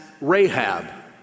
Rahab